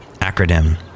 Acronym